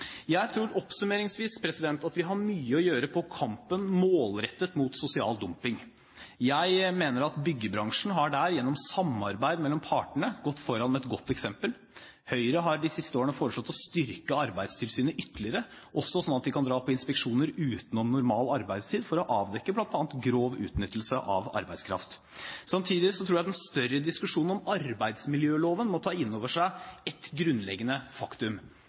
Jeg tror, oppsummeringsvis, at vi har mye å gjøre i kampen målrettet mot sosial dumping. Jeg mener at byggebransjen gjennom samarbeid mellom partene her har gått foran med et godt eksempel. Høyre har de siste årene foreslått å styrke Arbeidstilsynet ytterligere, også sånn at de kan dra på inspeksjoner utenom normal arbeidstid, for å avdekke bl.a. grov utnyttelse av arbeidskraft. Samtidig tror jeg man i den større diskusjonen om arbeidsmiljøloven må ta inn over seg ett grunnleggende faktum.